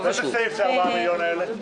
איזה סעיף זה 4 מיליון האלה?